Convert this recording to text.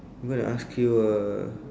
I'm gonna ask you uh